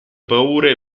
paure